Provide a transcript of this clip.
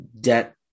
debt